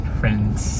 friends